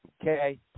Okay